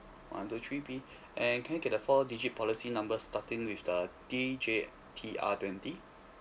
one two three B and can I get the four digit policy numbers starting with the D J T R twenty